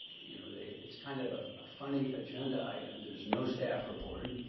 you know, it's kind of of a funny agenda item. there's no staff report.